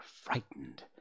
frightened